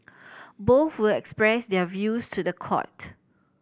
both will express their views to the court